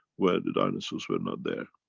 where the dinosaurs were not there.